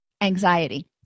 anxiety